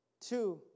two